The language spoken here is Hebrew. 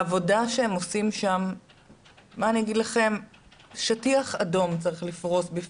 העבודה שהם עושים שם וצריך לפרוש שטיח אדום בפניהם,